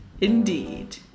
indeed